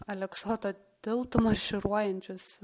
aleksoto tiltu marširuojančius